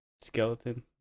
skeleton